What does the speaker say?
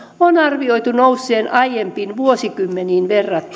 on arvioitu nousseen aiempiin vuosikymmeniin